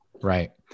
Right